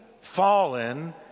fallen